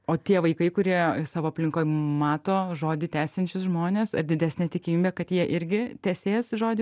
o tie vaikai kurie e savo aplinkoj mato žodį tęsiančius žmones ar didesnė tikimybė kad jie irgi tesės žodį